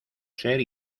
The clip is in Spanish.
ser